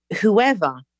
whoever